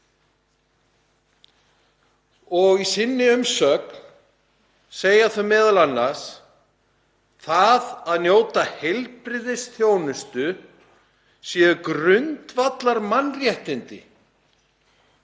Í sinni umsögn segja þau m.a. að það að njóta heilbrigðisþjónustu séu grundvallarmannréttindi,